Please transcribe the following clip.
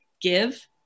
give